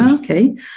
Okay